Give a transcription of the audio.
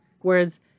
whereas